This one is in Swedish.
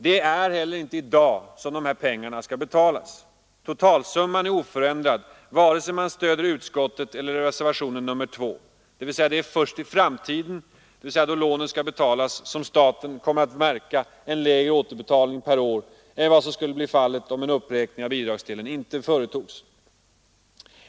Det är ju inte i dag, herr talman, som de här pengarna skall betalas. Totalsumman är oförändrad, vare sig man stöder utskottet eller reservationen 2 — det är först i framtiden, dvs. då lånen skall betalas, som staten kommer att märka en lägre återbetalning per år än vad som skulle bli fallet om en uppräkning av bidragsdelen inte företogs.